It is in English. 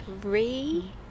three